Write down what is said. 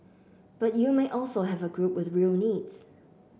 but you may also have a group with real needs